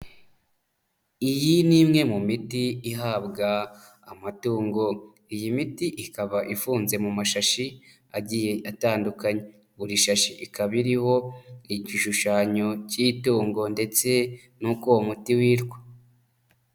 Iyi ni imwe mu miti ihabwa amatungo, iyi miti ikaba ifunze mu mashashi agiye atandukanye, buri shashi ikaba iriho igishushanyo k'itungo ndetse n'uko uwo muti witwa.